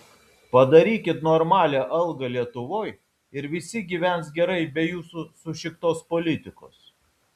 padarykit normalią algą lietuvoj ir visi gyvens gerai be jūsų sušiktos politikos